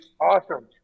Awesome